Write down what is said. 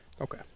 Okay